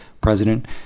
president